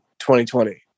2020